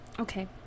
Okay